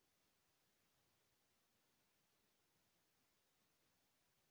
धान के फुनाई बर कोन से उपकरण सबले जादा उपयोगी हे?